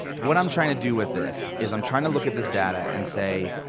what i'm trying to do with this is i'm trying to look at this data and say,